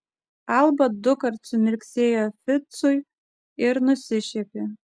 alba dukart sumirksėjo ficui ir nusišiepė